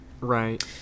Right